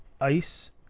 ice